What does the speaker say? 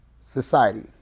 society